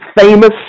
famous